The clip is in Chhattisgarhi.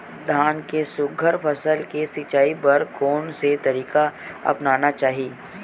धान के सुघ्घर फसल के सिचाई बर कोन से तरीका अपनाना चाहि?